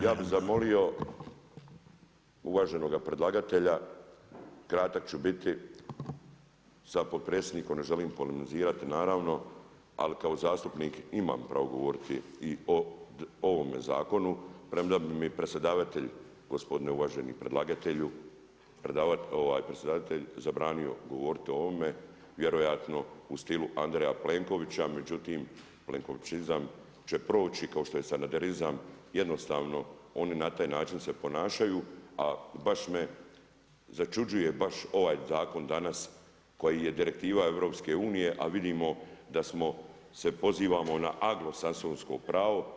Ja bih zamolio uvaženoga predlagatelja, kratak ću biti, sa potpredsjednikom ne želim polemizirati naravno, ali kao zastupnik imam pravo govoriti i o ovome zakonu, premda bi mi predsjedavatelj, gospodin uvaženi predlagatelju, zabranio pogotovo u ovome, vjerojatno u stilu Andreja Plenkovića, međutim, Plenković je izdan, će proći kao što je sada … jednostavno oni na taj način se ponašaju, a baš me začuđuje baš ovaj zakon danas koja je direktiva EU, a vidimo da smo se pozivamo na anglosaksonsko pravo.